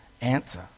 answer